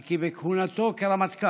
על כי בעת כהונתו כרמטכ"ל